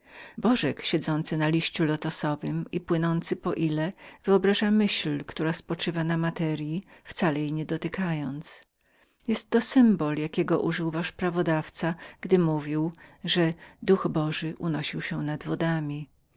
bożek siedzący na liściu lotusowym i płynący po ile wyobraża myśl która spoczywa na materyi wcale jej nie dotykając jestto godło jakiego użył wasz prawodawca gdy mówił że duch boży unaszał się nad wodami